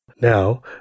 Now